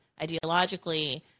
ideologically